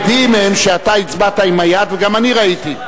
כי לא היה לי מסך.